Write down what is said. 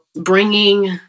bringing